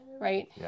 right